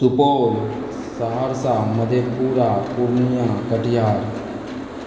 Supaul Saharsa Madhepura Purnia Katihar